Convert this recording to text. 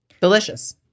Delicious